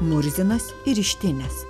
murzinas ir ištinęs